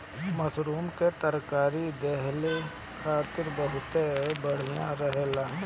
mushroom के तरकारी देहि खातिर बहुते बढ़िया रहेला